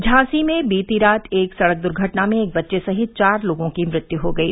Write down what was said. झांसी में बीती रात एक सड़क दुर्घटना में एक बच्चे सहित चार लोगों की मृत्यु हो गयी